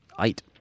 eight